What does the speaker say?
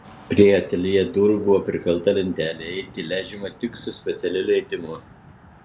prie ateljė durų buvo prikalta lentelė įeiti leidžiama tik su specialiu leidimu